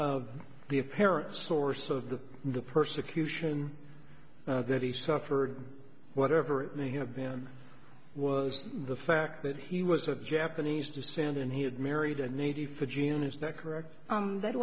the apparent source of the the persecution that he suffered whatever it may have been was the fact that he was of japanese descent and he had married a navy for june is that correct that